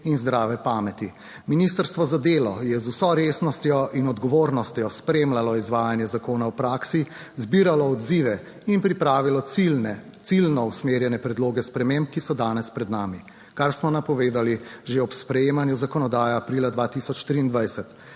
in zdrave pameti. Ministrstvo za delo je z vso resnostjo in odgovornostjo spremljalo izvajanje zakona v praksi, zbiralo odzive in pripravilo ciljne, ciljno usmerjene predloge sprememb, ki so danes pred nami, kar smo napovedali že ob sprejemanju zakonodaje aprila 2023.